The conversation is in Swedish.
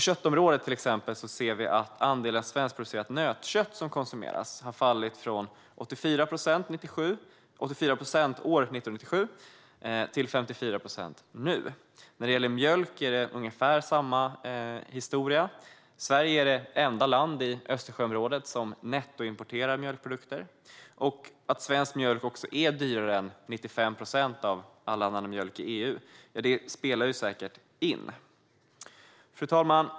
När det gäller köttkonsumtionen har andelen svenskproducerat nötkött fallit från 84 procent år 1997 till 54 procent nu. För mjölken är det ungefär samma historia. Sverige är det enda land i Östersjöområdet som nettoimporterar mjölkprodukter. Att svensk mjölk också är dyrare än 95 procent av all annan mjölk i EU spelar säkert in. Fru talman!